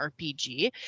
RPG